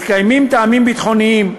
מתקיימים טעמים ביטחוניים המצדיקים,